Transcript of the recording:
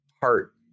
heart